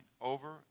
over